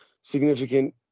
significant